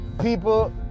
people